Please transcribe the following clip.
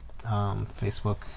Facebook